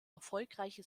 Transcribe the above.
erfolgreiche